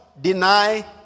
deny